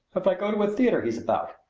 if i go to a theater he's about.